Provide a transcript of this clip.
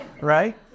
right